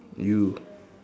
you